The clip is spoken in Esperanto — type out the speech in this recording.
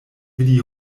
vidi